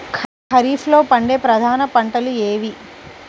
ఖరీఫ్లో పండే ప్రధాన పంటలు ఏవి?